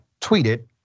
tweeted